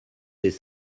des